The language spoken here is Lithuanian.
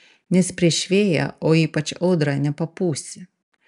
nes prieš vėją o ypač audrą nepapūsi